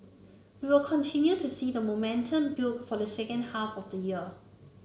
we will continue to see the momentum build for the second half of the year